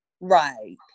Right